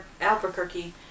Albuquerque